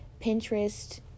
Pinterest